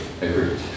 agreed